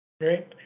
Great